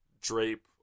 drape